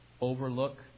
overlook